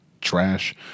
trash